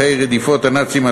חוק נכי רדיפות הנאצים,